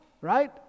right